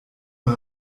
man